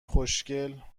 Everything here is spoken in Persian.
خوشگل